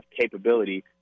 capability